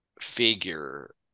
figure